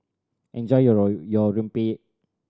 enjoy your your rempeyek